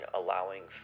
allowing